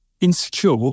insecure